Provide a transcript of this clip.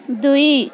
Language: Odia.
ଦୁଇ